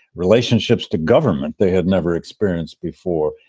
relationships to government they had never experienced before.